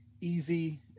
Easy